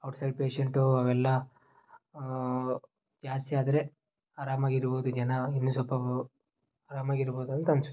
outside patient ಅವೆಲ್ಲ ಜಾಸ್ತಿಯಾದರೆ ಅರಾಮಾಗಿರ್ಬೋದು ಜನ ಇನ್ನೂ ಸ್ವಲ್ಪ ಅರಾಮಾಗಿರ್ಬೋದು ಅಂತ ಅನ್ನಿಸುತ್ತೆ